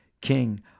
King